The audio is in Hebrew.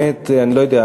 אני לא יודע,